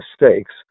mistakes